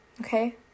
okay